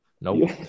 Nope